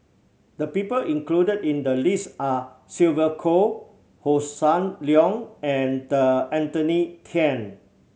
the people included in the list are Sylvia Kho Hossan Leong and Anthony Then